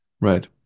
right